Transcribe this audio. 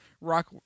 rock